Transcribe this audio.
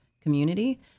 community